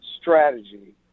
strategy